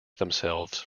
themselves